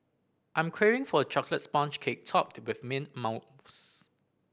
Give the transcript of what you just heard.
I'm craving for a chocolate sponge cake topped with mint mousse